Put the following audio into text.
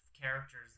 characters